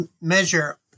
measure